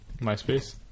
myspace